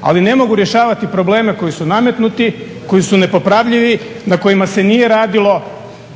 ali ne mogu rješavati probleme koji su nametnuti, koji su nepopravljivi, na kojima se nije radilo,